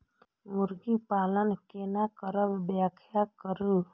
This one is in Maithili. मुर्गी पालन केना करब व्याख्या करु?